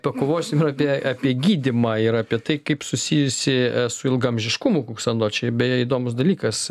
pakovosime apie apie gydymą ir apie tai kaip susijusi su ilgaamžiškumu kuksando čia beje įdomus dalykas